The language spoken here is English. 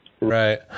Right